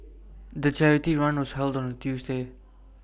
the charity run was held on A Tuesday